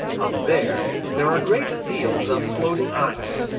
up there there are great fields of floating ice,